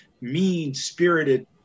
mean-spirited